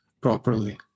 properly